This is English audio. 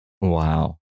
wow